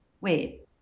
wait